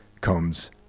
comes